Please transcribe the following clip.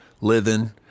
living